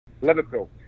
Liverpool